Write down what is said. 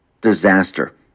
disaster